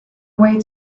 way